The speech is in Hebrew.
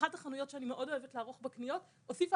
אחת החנויות שאני מאוד אוהבת לערוך בה קניות הוסיפה